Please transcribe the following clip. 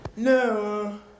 No